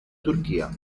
turchia